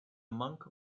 monk